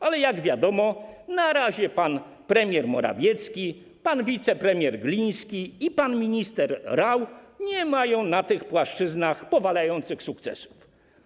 Jak jednak wiadomo, na razie pan premier Morawiecki, pan wicepremier Gliński i pan minister Rau nie mają na tych płaszczyznach powalających sukcesów.